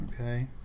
Okay